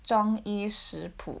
中医食谱